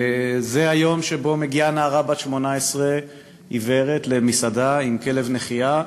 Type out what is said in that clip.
וזה היום שבו מגיעה נערה בת 18 עיוורת למסעדה עם כלב נחייה,